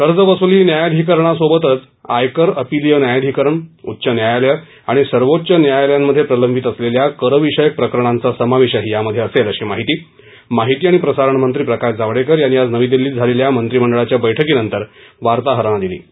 कर्जवसुली न्यायाधिकरणासोबतच आयकर अपिलीय न्यायाधिकरण उच्च न्यायालयं आणि सर्वोच्च न्यायालयांमध्ये प्रलंबित असलेल्या कर विषयक प्रकरणांचा समावेशही यामध्ये असेल अशी माहिती माहिती आणि प्रसारण मंत्री प्रकाश जावडेकर यांनी आज नवी दिल्लीत झालेल्या मंत्रिमंडळाच्या बैठकीनंतर वार्ताहरांना दिली